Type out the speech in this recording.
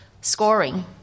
scoring